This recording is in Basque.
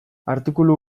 artikulu